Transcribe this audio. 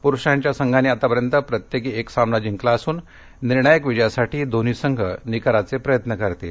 पुरुषांच्या संघांनी आतापर्यंत प्रत्येकी एक सामना जिंकला असून निर्णायक विजयासाठी दोन्ही संघ निकराचे प्रयत्न करतील